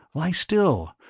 lie still.